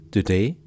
Today